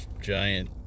giant